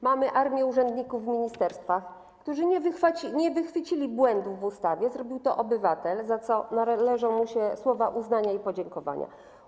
Mamy armię urzędników w ministerstwach, którzy nie wychwycili błędów w ustawie, zrobił to obywatel, za co należą mu się słowa uznania i podziękowania.